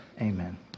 amen